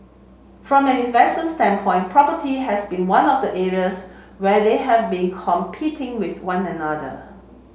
from an standpoint property has been one of the areas where they have been competing with one another